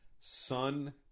son